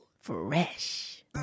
Fresh